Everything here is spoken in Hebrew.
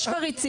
יש חריצים,